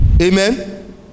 Amen